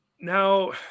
Now